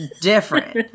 different